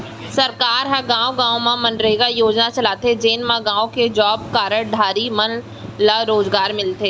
सरकार ह गाँव गाँव म मनरेगा योजना चलाथे जेन म गाँव के जॉब कारड धारी मन ल रोजगार मिलथे